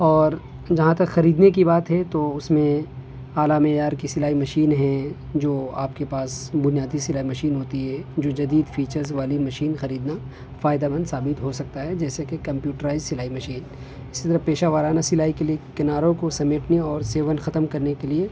اور جہاں تک خریدنے کی بات ہے تو اس میں اعلیٰ معیار کی سلائی مشین ہیں جو آپ کے پاس بنیادی سلائی مشین ہوتی ہے جو جدید فیچرز والی مشین خریدنا فائدہ مند ثابت ہو سکتا ہے جیسے کہ کمپیوٹرائز سلائی مشین اسی طرح پیشہ ورانہ سلائی کے لیے کناروں کو سمیٹنے اور سیون ختم کرنے کے لیے